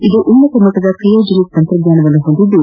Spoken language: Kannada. ಇದು ಉನ್ನತ ಮಟ್ಟದ ಕ್ರಯೋಜೆನಿಕ್ ತಂತ್ರಜ್ಞಾನ ಹೊಂದಿದ್ದು